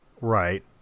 right